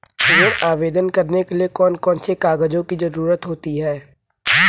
ऋण आवेदन करने के लिए कौन कौन से कागजों की जरूरत होती है?